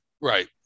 Right